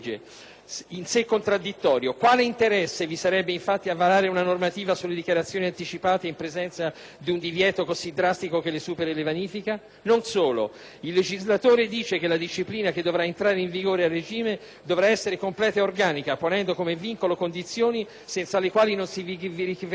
in sé contraddittorio: quale interesse vi sarebbe infatti a varare una normativa sulle dichiarazioni anticipate in presenza di un divieto così drastico, che le supera e le vanifica? Non solo: il legislatore dice che la disciplina che dovrà entrare in vigore a regime dovrà essere completa e organica, ponendo come vincolo condizioni senza le quali non si verificherebbe la cessazione